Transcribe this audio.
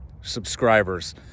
subscribers